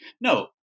No